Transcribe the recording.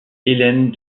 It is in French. hélène